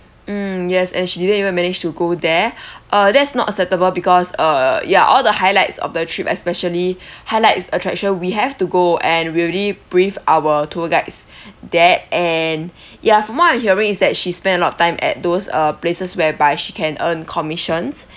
mm yes and she didn't even manage to go there uh that's not acceptable because uh ya all the highlights of the trip especially highlights attraction we have to go and we already brief our tour guides that and ya from what I'm hearing is that she spend a lot of time at those uh places whereby she can earn commissions